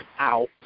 Ow